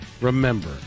remember